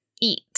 eat